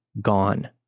Gone